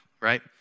right